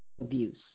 abuse